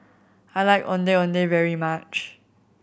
I like Ondeh Ondeh very much